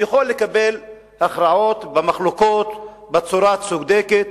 ויכול לקבל הכרעות במחלוקות בצורה צודקת,